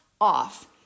off